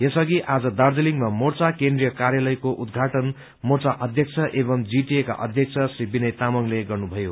यस अघि आज दार्जीलिङमा मोर्चा केन्द्रीय कार्यालयको उद्घाटन मोर्चा अध्यक्ष एवं जीटीएका अध्यक्ष श्री विनय तामाङले गर्नुभयो